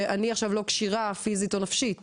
שאני עכשיו לא כשירה פיזית או נפשית,